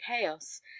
chaos